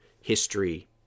history